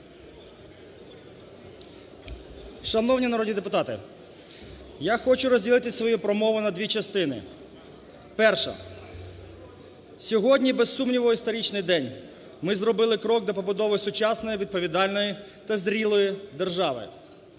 Шановні народні депутати, я хочу розділити свою промову на дві частини. Перша. Сьогодні, без сумніву, історичний день. Ми зробили крок до побудови сучасної, відповідальної та зрілої держави.